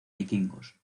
vikingos